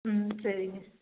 ம் சரிங்க